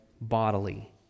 bodily